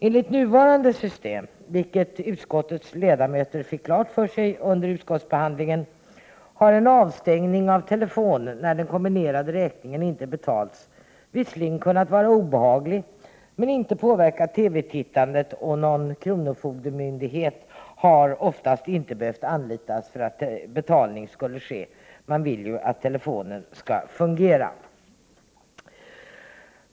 Enligt nuvarande system — det fick utskottets ledamöter klart för sig under utskottsbehandlingen — har en avstängning av telefonen, när den kombinerade räkningen inte har betalats, i en del fall visserligen varit obehaglig, men den har inte påverkat TV-tittandet. Oftast har kronofogdemyndigheten inte behövt anlitas för att betalning skulle ske. Man vill ju att telefonen skall fungera.